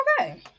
Okay